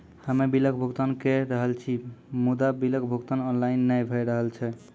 हम्मे बिलक भुगतान के रहल छी मुदा, बिलक भुगतान ऑनलाइन नै भऽ रहल छै?